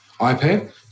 iPad